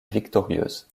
victorieuse